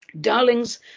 Darlings